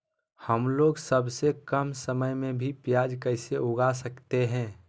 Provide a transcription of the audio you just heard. हमलोग सबसे कम समय में भी प्याज कैसे उगा सकते हैं?